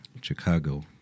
Chicago